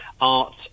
art